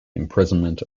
imprisonment